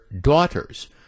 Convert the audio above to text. daughters